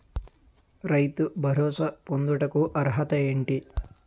రైతు భరోసా పొందుటకు అర్హత ఏంటి?